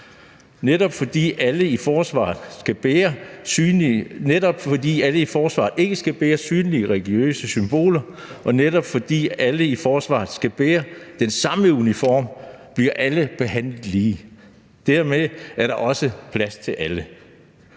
netop, fordi alle i forsvaret ikke bærer synlige religiøse symboler, og det er netop, fordi alle i forsvaret skal bære den samme uniform, at alle bliver behandlet lige. Dermed er der også plads til alle.